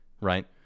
right